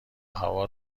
هوا